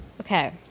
okay